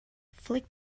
flick